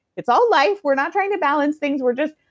it's all life. we're not trying to balance things, we're just.